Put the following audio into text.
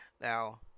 now